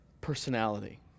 personality